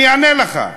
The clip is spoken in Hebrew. אני אענה לך.